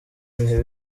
bihe